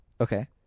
Okay